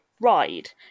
ride